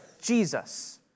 Jesus